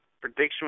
prediction